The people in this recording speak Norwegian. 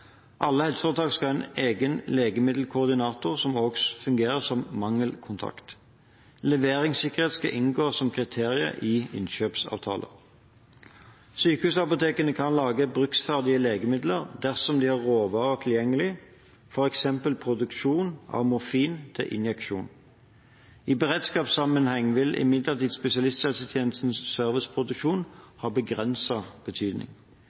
Alle helseforetak skal ha en egen legemiddelkoordinator som også fungerer som mangelkontakt. Leveringssikkerhet skal inngå som kriterium i innkjøpsavtaler. Sykehusapotekene kan lage bruksferdige legemidler dersom de har råvarer tilgjengelig, f.eks. produksjon av morfin til injeksjon. I beredskapssammenheng vil imidlertid spesialisthelsetjenestens serviceproduksjon ha begrenset betydning.